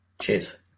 Cheers